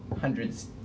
hundreds